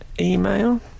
Email